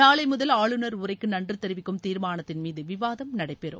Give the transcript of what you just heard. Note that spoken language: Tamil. நாளை முதல் ஆளுநர் உரைக்கு நன்றி தெரிவிக்கும் தீர்மானத்தின் மீது விவாதம் நடைபெறும்